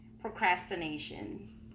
procrastination